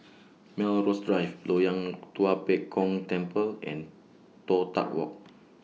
Melrose Drive Loyang Tua Pek Kong Temple and Toh Tuck Walk